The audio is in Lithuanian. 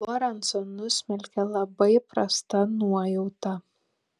lorencą nusmelkė labai prasta nuojauta